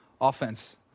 offense